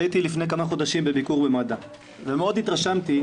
הייתי לפני כמה חודשים בביקור במד"א ומאוד התרשמתי